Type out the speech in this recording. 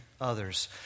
others